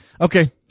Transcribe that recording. Okay